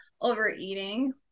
overeating